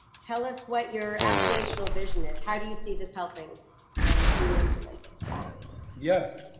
tell us what your aspirational vision is. how do you see this helping and being? implemented yes